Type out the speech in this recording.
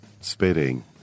Spitting